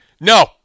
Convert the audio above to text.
No